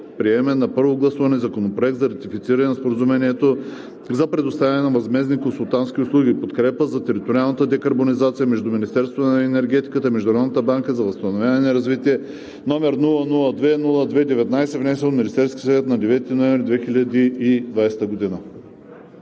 приеме на първо гласуване Законопроект за ратифициране на Споразумението за предоставяне на възмездни консултантски услуги „Подкрепа за териториална декарбонизация“ между Министерството на енергетиката и Международната банка за възстановяване и развитие, № 002-02-19, внесен от Министерския съвет на 9 ноември 2020 г.“